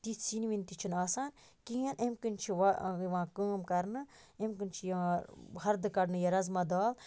تِتھ سیِنۍ وِن تہِ چھِنہٕ آسان کِہیٖنۍ امہ کِن چھِ یِوان کٲم کَرنہٕ امہ کِن چھِ یِوان ہَردٕ کَڈنہٕ یہِ رازما دال